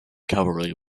cavalry